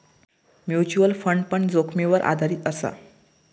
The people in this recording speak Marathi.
म्युचल फंड पण जोखीमीवर आधारीत असा